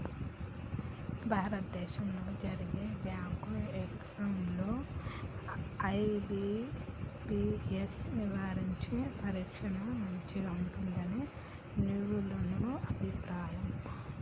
భారతదేశంలో జరిగే bank exams లో ఐ.బీ.పీ.ఎస్ నిర్వహించే పరీక్షనే మంచిగా ఉంటుందని నిపుణుల అభిప్రాయం